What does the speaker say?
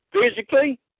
Physically